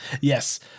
yes